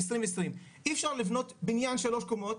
אי אפשר לבנות בניין שלוש קומות,